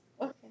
Okay